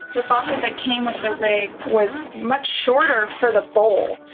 the faucet that came with the rake was much shorter for the bowl.